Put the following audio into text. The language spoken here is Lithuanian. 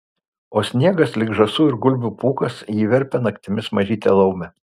o sniegas lyg žąsų ir gulbių pūkas jį verpia naktimis mažytė laumė